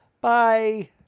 Bye